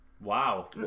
Wow